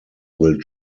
will